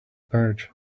pouch